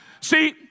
See